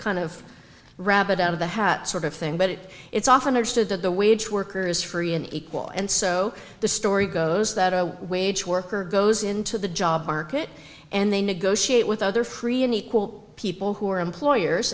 kind of rabbit out of the hat sort of thing but it it's often understood that the wage worker is free and equal and so the story goes that a wage worker goes into the job market and they negotiate with other free and equal people who are employers